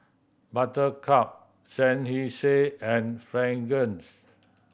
Buttercup Seinheiser and Fragrance